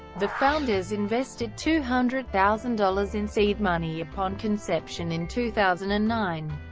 the founders invested two hundred thousand dollars in seed money upon conception in two thousand and nine.